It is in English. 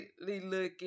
looking